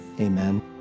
Amen